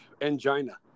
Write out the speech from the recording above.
angina